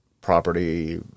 property